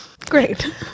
Great